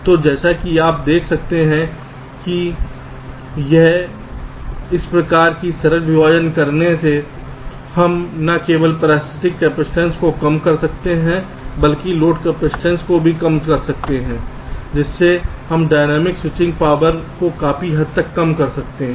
तो जैसा कि आप देख सकते हैं कि इस तरह की सरल विभाजन करने से हम न केवल पैरासिटिक कपसिटंस को कम कर सकते हैं बल्कि लोड कपसिटंस को भी कम कर सकते हैं जिससे हम डायनामिक स्विचिंग पावर को काफी हद तक कम कर सकते हैं